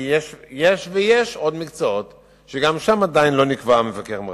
כי יש ויש עוד מקצועות שגם בהם עדיין לא נקבע מפקח מרכז.